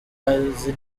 azi